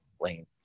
lane